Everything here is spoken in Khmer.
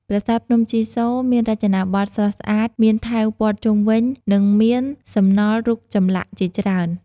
ប្រាសាទភ្នំជីសូរមានរចនាបថស្រស់ស្អាត មានថែវព័ទ្ធជុំវិញ និងមានសំណល់រូបចម្លាក់ជាច្រើន។